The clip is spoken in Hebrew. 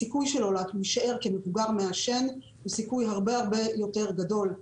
הסיכוי שלו להישאר כמבוגר מעשן הוא סיכוי הרבה יותר גדול,